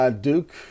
Duke